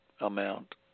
amount